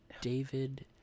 David